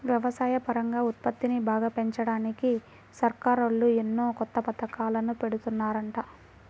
వ్యవసాయపరంగా ఉత్పత్తిని బాగా పెంచడానికి సర్కారోళ్ళు ఎన్నో కొత్త పథకాలను పెడుతున్నారంట